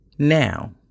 Now